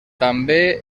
també